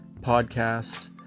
podcast